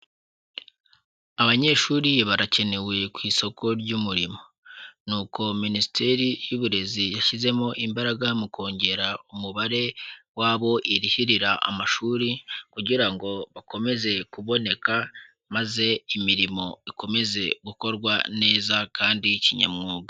Abanyeshuri barakenewe ku isoko ry'umurimo, ni uko Minisiteri y'Uburezi yashyizemo imbaraga mu kongera umubare w'abo irihirira amashuri kugira ngo bakomeze kuboneka maze imirimo ikomeze gukorwa neza kandi y'ikinyamwuga.